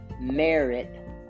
merit